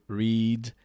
read